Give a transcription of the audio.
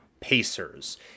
Pacers